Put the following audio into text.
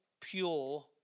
pure